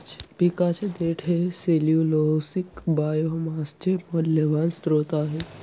पिकाचे देठ हे सेल्यूलोसिक बायोमासचे मौल्यवान स्त्रोत आहे